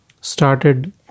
started